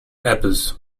apples